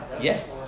Yes